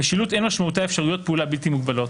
משילות אין משמעה אפשרויות פעולה בלתי-מוגבלות,